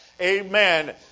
Amen